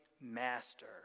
master